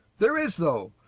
there is, tho'.